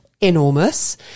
enormous